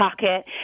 pocket